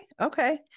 Okay